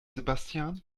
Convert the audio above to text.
sebastian